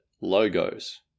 Logos